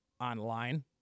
online